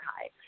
high